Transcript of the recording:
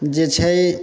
जे छै